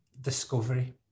discovery